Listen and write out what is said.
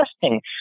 testing